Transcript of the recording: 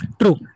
True